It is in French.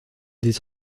des